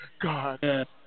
God